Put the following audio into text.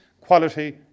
quality